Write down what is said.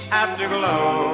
afterglow